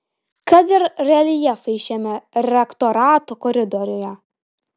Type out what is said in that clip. kad ir reljefai šiame rektorato koridoriuje